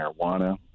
marijuana